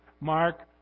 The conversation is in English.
Mark